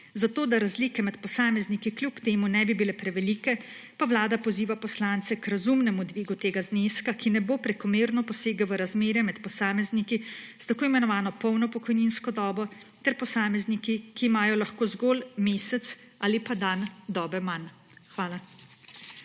Zato, da razlike med posamezniki kljub temu ne bi bile prevelike, pa Vlada poziva poslance k razumnemu dvigu tega zneska, ki ne bo prekomerno posegel v razmerje med posamezniki s tako imenovano polno pokojninsko dobo ter posamezniki, ki imajo lahko zgolj mesec ali pa dan dobe manj. Hvala.